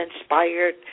inspired